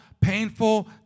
painful